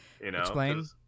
Explain